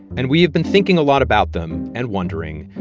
and we have been thinking a lot about them and wondering,